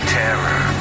terror